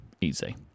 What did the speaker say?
easy